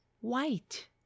white